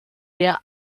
der